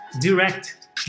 direct